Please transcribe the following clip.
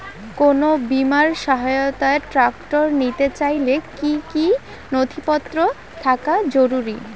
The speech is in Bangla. কোন বিমার সহায়তায় ট্রাক্টর নিতে চাইলে কী কী নথিপত্র থাকা জরুরি?